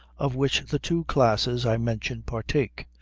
of which the two classes i mention partake.